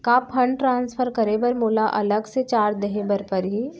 का fund transfer करे बर मोला अलग से चार्ज देहे बर परही?